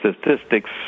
statistics